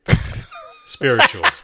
spiritual